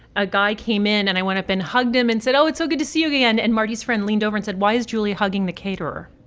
a guy came in and i went up and hugged him and said, oh, it's so good to see you again. and marty's friend leaned over and said, why is julie hugging the caterer?